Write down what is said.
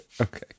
Okay